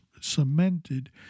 cemented